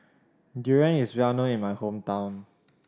durian is well known in my hometown